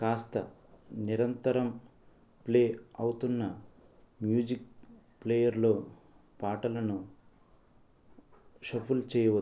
కాస్త నిరంతరం ప్లే అవుతున్న మ్యూజిక్ ప్లేయర్లో పాటలను షఫుల్ చేయవద్దు